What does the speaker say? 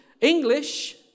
English